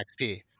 XP